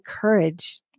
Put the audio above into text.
courage